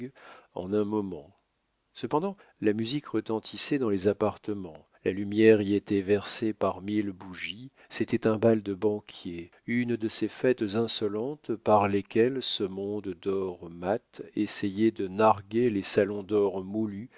en un moment cependant la musique retentissait dans les appartements la lumière y était versée par mille bougies c'était un bal de banquier une de ces fêtes insolentes par lesquelles ce monde d'or mat essayait de narguer les salons d'or moulu